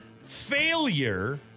failure